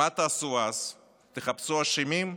מה תעשו אז, תחפשו אשמים?